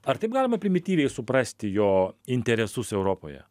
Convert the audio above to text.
ar taip galima primityviai suprasti jo interesus europoje